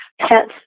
pets